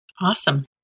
Awesome